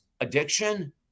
addiction